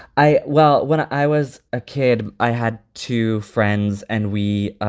i well, when i was a kid, i had two friends, and we